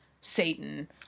Satan